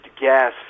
gas